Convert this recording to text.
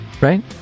right